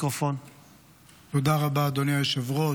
תודה רבה, אדוני היושב-ראש.